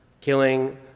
killing